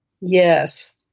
Yes